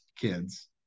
kids